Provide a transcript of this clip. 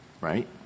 Right